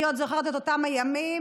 אני עוד זוכרת את אותם ימים